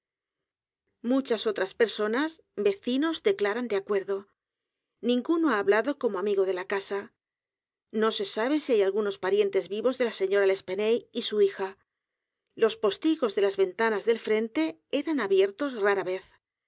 muchas otras personas vecinos declaran de acuerdo ninguno h a hablado como amigo de la casa no se sabe si hay algunos parientes vivos de la señora l'espanaye y su hija los postigos d é l a s ventanas del frente eran abiertos r a